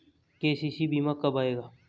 KCC बीमा कब आएगा?